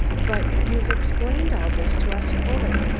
but you've explained all this to us fully,